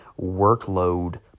workload